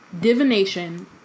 divination